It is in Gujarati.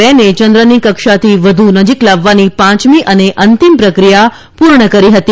કરતાં રહેશેવ્રની કક્ષાથી વધુ નજીક લાવવાની પાંચમી અને અંતિમ પ્રક્રિયા પૂર્ણ કરી હતી